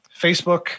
Facebook